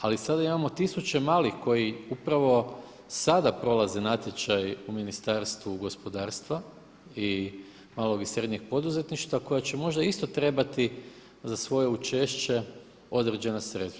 Ali sada imamo 1000 malih koji upravo sada prolaze natječaj u Ministarstvu gospodarstva i malog i srednjeg poduzetništva koja će možda isto trebati za svoje učešće određena sredstva.